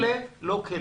המשפטים האלה הם לא כלים.